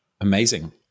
Amazing